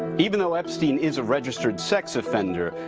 even though epstein is a registered sex offender,